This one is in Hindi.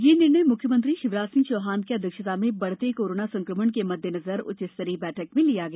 यह निर्णय मुख्यमंत्री शिवराज सिंह चौहान की अध्यक्षता में बढते कोरोना संक्रमण के मद्देनजर उच्चस्तरीय बैठक में लिया गया